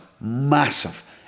massive